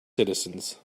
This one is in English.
citizens